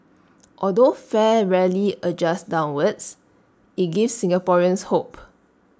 although fare rarely adjusts downwards IT gives Singaporeans hope